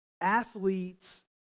athletes